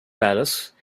palace